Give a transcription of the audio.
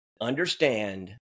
understand